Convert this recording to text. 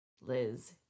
Liz